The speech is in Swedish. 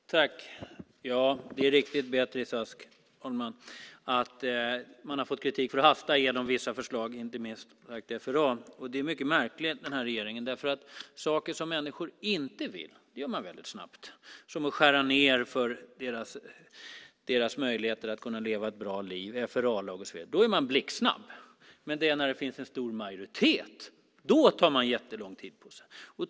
Herr talman! Ja, det är riktigt Beatrice Ask att man har fått kritik för att hasta igenom vissa förslag, inte minst när det gäller FRA. Det är märkligt med denna regering. Saker som människor inte vill gör man snabbt, till exempel att skära ned deras möjligheter att leva ett bra liv, FRA-lagen och så vidare. Då är man blixtsnabb. Men när det finns en stor majoritet tar man lång tid på sig.